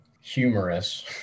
humorous